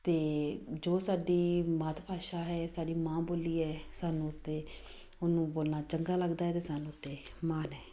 ਅਤੇ ਜੋ ਸਾਡੀ ਮਾਤ ਭਾਸ਼ਾ ਹੈ ਸਾਡੀ ਮਾਂ ਬੋਲੀ ਹੈ ਸਾਨੂੰ ਤਾਂ ਉਹਨੂੰ ਬੋਲਣਾ ਚੰਗਾ ਲੱਗਦਾ ਅਤੇ ਸਾਨੂੰ ਇਹ 'ਤੇ ਮਾਨ ਹੈ